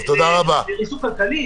לריסוק כלכלי?